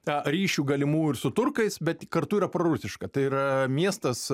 na ryšių galimų ir su turkais bet kartu yra prorusiška tai yra miestas